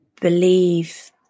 believe